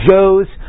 Joe's